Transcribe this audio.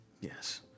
Yes